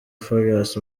farious